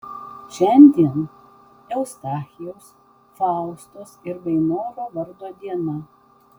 šiandien eustachijaus faustos ir vainoro vardo diena